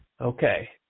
Okay